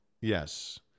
yes